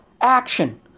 action